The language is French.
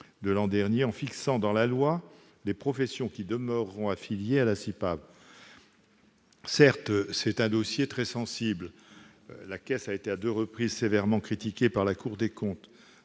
constitutionnel, en fixant dans la loi les professions qui demeureront affiliées à la CIPAV. Certes, il s'agit d'un dossier très sensible. La caisse a été, à deux reprises, sévèrement critiquée par la Cour des comptes,